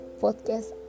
podcast